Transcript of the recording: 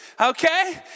okay